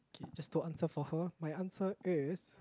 just don't answer for her my answer is